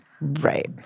Right